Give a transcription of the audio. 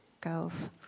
girls